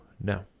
No